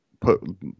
put